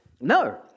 No